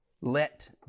let